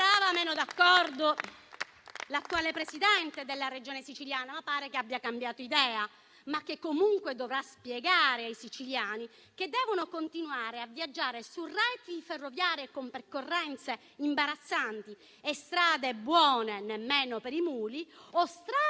Sembrava meno d'accordo l'attuale Presidente della Regione siciliana, ma pare che abbia cambiato idea. Comunque dovrà spiegare ai siciliani che devono continuare a viaggiare su reti ferroviarie con percorrenze imbarazzanti, strade buone nemmeno per i muli, strade